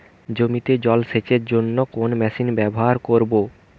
জমিতে জল সেচের জন্য কোন মেশিন ব্যবহার করব?